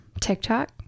TikTok